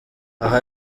aha